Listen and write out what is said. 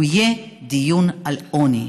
יהיה דיון על עוני.